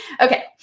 Okay